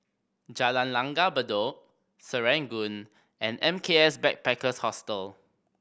Jalan Langgar Bedok Serangoon and M K S Backpackers Hostel